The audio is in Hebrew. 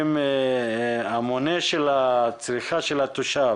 המונה של הצריכה של התושב